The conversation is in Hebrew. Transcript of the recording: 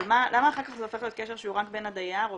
למה אחר כך זה הופך להיות קשר שהוא רק בין הדייר או